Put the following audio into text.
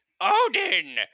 Odin